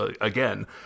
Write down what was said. again